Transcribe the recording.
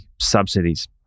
subsidies